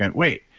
and wait,